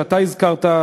שאתה הזכרת,